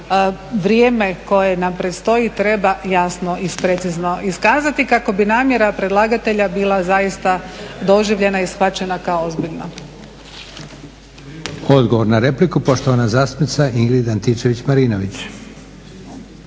vrijeme koje nam predstoji treba jasno i precizno iskazati kako bi namjera predlagatelja bila zaista doživljena i shvaćena kao ozbiljna.